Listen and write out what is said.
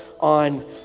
on